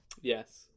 Yes